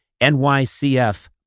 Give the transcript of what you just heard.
NYCF